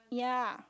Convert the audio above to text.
yeah